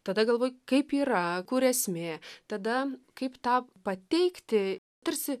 tada galvoji kaip yra kur esmė tada kaip tą pateikti tarsi